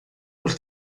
por